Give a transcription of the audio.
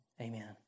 Amen